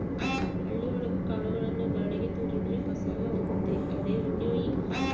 ಹಳ್ಳಿ ಒಳಗ ಕಾಳುಗಳನ್ನು ಗಾಳಿಗೆ ತೋರಿದ್ರೆ ಕಸ ಎಲ್ಲ ಹೋಗುತ್ತೆ ಅದೇ ವಿನ್ನೋಯಿಂಗ್